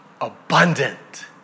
abundant